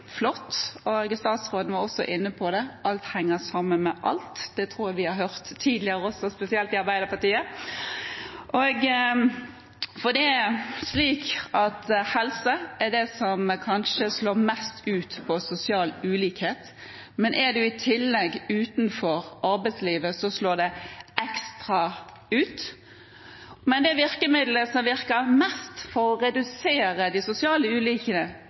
statsråden var også inne på det, at alt henger sammen med alt. Det tror jeg vi har hørt tidligere også, spesielt i Arbeiderpartiet. Helse er det som kanskje slår mest ut på sosial ulikhet, men er man i tillegg utenfor arbeidslivet, slår det ekstra ut. Men det virkemiddelet som virker best for å redusere de sosiale